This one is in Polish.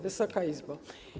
Wysoka Izbo!